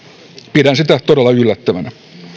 pidän sitä todella yllättävänä